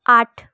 আট